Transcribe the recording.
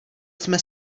jsme